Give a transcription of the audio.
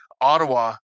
Ottawa